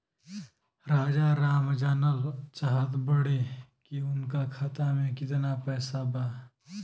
राजाराम जानल चाहत बड़े की उनका खाता में कितना पैसा बा?